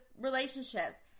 relationships